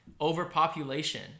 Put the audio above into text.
overpopulation